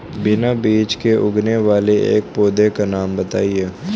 बिना बीज के उगने वाले एक पौधे का नाम बताइए